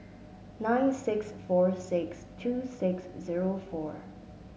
nine six four six two six zero four